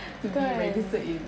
kan